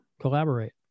collaborate